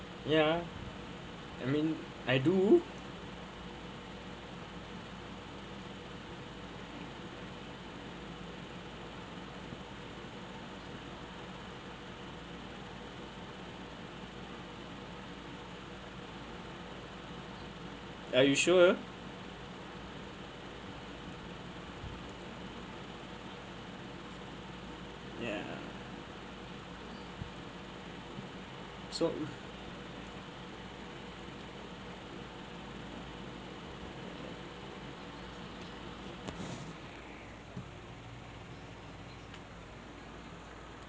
ya I mean I do are you sure ya so